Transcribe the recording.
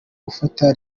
ufata